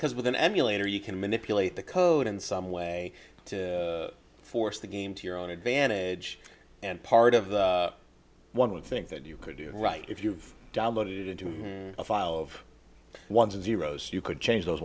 because with an emulator you can manipulate the code in some way to force the game to your own advantage and part of the one would think that you could do right if you've downloaded it into a file of ones and zeros you could change those